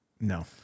No